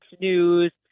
News